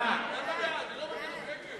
מאחל לך החלמה מבעיות הגב שלך.